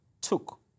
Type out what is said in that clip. took